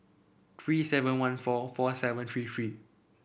three seven one four four seven three three